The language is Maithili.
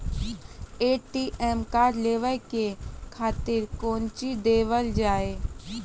ए.टी.एम कार्ड लेवे के खातिर कौंची देवल जाए?